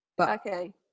Okay